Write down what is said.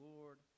Lord